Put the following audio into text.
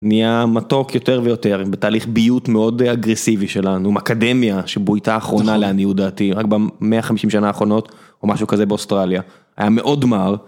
נהיה מתוק יותר ויותר בתהליך ביות מאוד אגרסיבי שלנו מקרמיה שבוייתה אחרונה לעניות דעתי רק במאה חמישים שנה אחרונות או משהו כזה באוסטרליה היה מאוד מר.